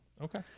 Okay